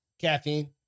Caffeine